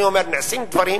אני אומר, נעשים דברים,